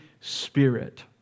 Spirit